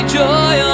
joy